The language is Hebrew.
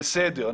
בסדר.